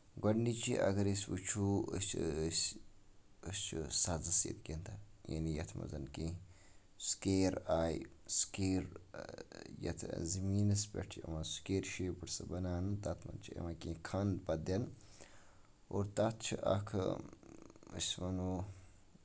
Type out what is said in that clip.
گۄڈٕنِچہِ اَگر أسۍ وٕچھو أسۍ أسۍ أسۍ چھِ سَزس ییٚتہِ گِندان یعنے یَتھ منٛزن کیٚنہہ سِکیر آیہِ سِکیر یَتھ زٔمیٖنَس پٮ۪ٹھ چھُ یِوان سِکیر شیپٔڈ کیٚنہہ بَناونہٕ تَتھ منٛز چھُ یِوان پَتہٕ کیٚنہہ کھانہٕ پَتہٕ دِنہٕ اور تَتھ چھُ اکھ أسۍ وَنو